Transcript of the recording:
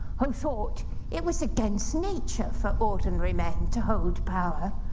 who thought it was against nature for ordinary men to hold power,